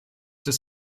des